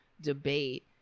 debate